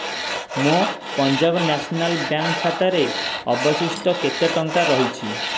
ମୋ Punjab National Bank ଖାତାରେ ଅବଶିଷ୍ଟ କେତେ ଟଙ୍କା ରହିଛି